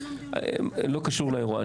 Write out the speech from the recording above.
לא קשור לאירוע,